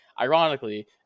Ironically